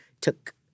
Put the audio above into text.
took